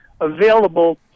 available